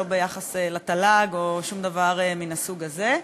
לא ביחס לתל"ג או שום דבר מהסוג הזה.